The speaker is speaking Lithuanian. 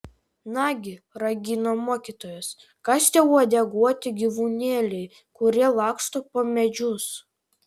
nagi ragino mokytojas kas tie uodeguoti gyvūnėliai kurie laksto po medžius